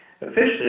officially